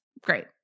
Great